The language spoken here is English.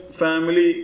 family